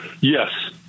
Yes